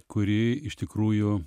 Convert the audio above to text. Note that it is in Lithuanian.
kuri iš tikrųjų